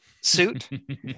suit